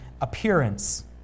appearance